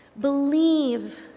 Believe